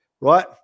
right